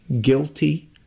guilty